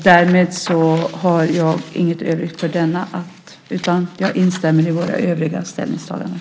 Därmed har jag inget övrigt att säga, utan jag instämmer i våra övriga ställningstaganden.